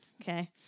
Okay